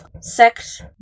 sex